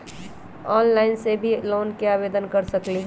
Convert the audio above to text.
Online से भी loan के आवेदन कर सकलीहल?